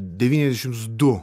devyniašims du